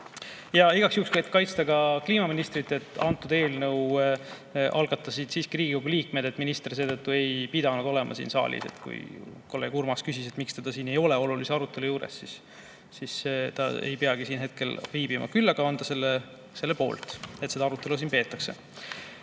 Igaks juhuks, et kaitsta kliimaministrit – antud eelnõu algatasid siiski Riigikogu liikmed, minister seetõttu ei pidanud olema siin saalis. Kui kolleeg Urmas küsis, et miks teda siin ei ole olulise arutelu juures, siis ta ei peagi siin hetkel viibima. Küll aga on ta selle poolt, et seda arutelu siin peetakse.